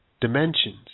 dimensions